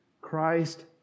Christ